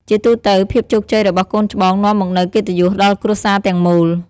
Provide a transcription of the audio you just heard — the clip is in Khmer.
ជាទូទៅ ភាពជោគជ័យរបស់កូនច្បងនាំមកនូវកិត្តិយសដល់គ្រួសារទាំងមូល។